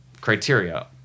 criteria